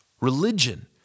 Religion